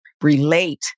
relate